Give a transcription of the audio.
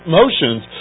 motions